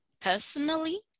personally